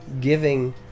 Giving